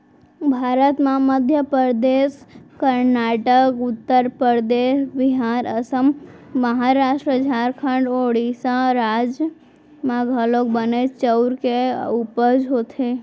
भारत म मध्य परदेस, करनाटक, उत्तर परदेस, बिहार, असम, महारास्ट, झारखंड, ओड़ीसा राज म घलौक बनेच चाँउर के उपज होथे